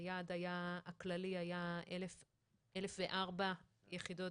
היעד הכללי היה 104,000 יחידות